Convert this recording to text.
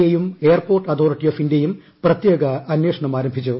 A യും airport authority of ഇന്ത്യയും പ്രത്യേക അന്വേഷണം ആരംഭിച്ചു